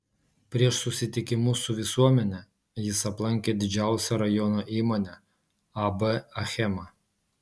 prieš susitikimus su visuomene jis aplankė didžiausią rajono įmonę ab achema